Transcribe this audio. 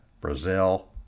Brazil